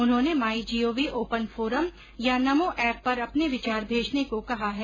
उन्होंने my gov open forum या NaMo app पर अपने विचार भेजने को कहा है